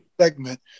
segment